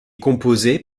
composés